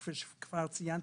כפי שכבר ציינתי,